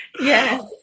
Yes